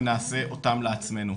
ונעשה אותם לעצמנו,